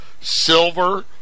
Silver